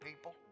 People